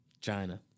China